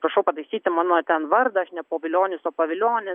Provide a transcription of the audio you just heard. prašau pataisyti mano ten vardą aš ne povilionis o pavilionis